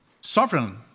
sovereign